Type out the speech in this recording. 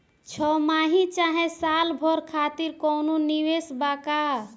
छमाही चाहे साल भर खातिर कौनों निवेश बा का?